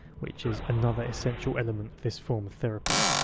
which is another essential element of this form of therapy.